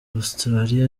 australia